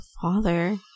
father